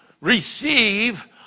receive